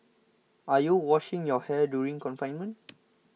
are you washing your hair during confinement